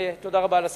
ותודה רבה על הסבלנות.